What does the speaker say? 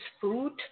food